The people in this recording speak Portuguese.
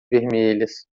vermelhas